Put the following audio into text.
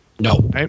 No